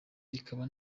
bikaba